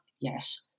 yes